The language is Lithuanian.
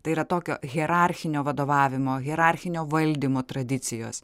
tai yra tokio hierarchinio vadovavimo hierarchinio valdymo tradicijos